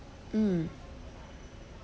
mm